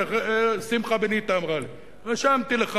איך שמחה בניטה אמרה לי: רשמתי לך